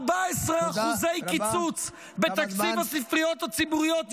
14% קיצוץ בתקציב הספריות הציבוריות,